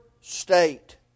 state